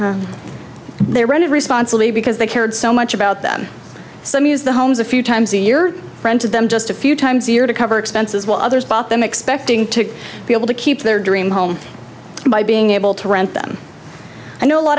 they rented responsibly because they cared so much about them some used the homes a few times a year rented them just a few times a year to cover expenses while others bought them expecting to be able to keep their dream home by being able to rent them i know a lot